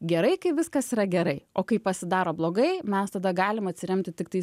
gerai kai viskas yra gerai o kai pasidaro blogai mes tada galim atsiremti tiktai